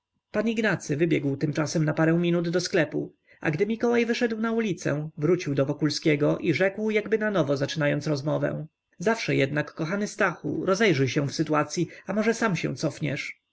pan ignacy wybiegł tymczasem na parę minut do sklepu a gdy mikołaj wyszedł na ulicę wrócił do wokulskiego i rzekł jakby nanowo zaczynając rozmowę zawsze jednak kochany stachu rozejrzyj się w sytuacyi a może sam się cofniesz